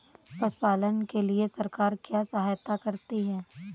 पशु पालन के लिए सरकार क्या सहायता करती है?